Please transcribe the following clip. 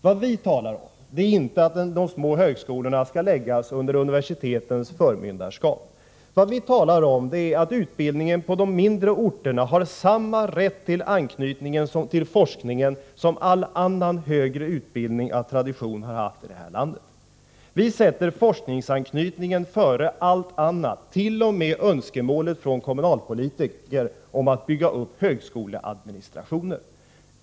Vad vi talar om är inte att de små högskolorna skall läggas under universitetens förmynderskap. Vad vi däremot talar om är att utbildningen på de mindre orterna har samma rätt till anknytning till forskningen som all annan högre utbildning av tradition haft i detta land. Vi sätter forskningsanknytningen före allt annat, t.o.m. före önskemålet från kommunalpolitiker om att bygga upp högskoleadministrationen.